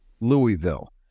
Louisville